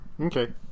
Okay